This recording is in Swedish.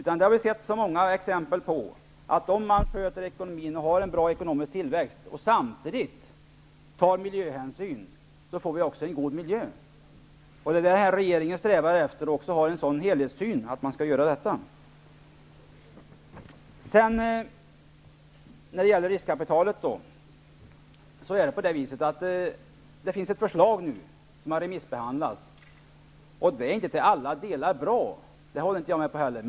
Vi har ju sett många exempel på, att om man sköter ekonomin och har en bra ekonomisk tillväxt och samtidigt tar miljöhänsyn, får vi också en god miljö. Det är vad den här regeringen strävar efter och har en helhetssyn att man skall göra detta. När det gäller riskkapital finns nu ett förslag som har remissbehandlats. Det är inte till alla delar bra -- det tycker inte jag heller.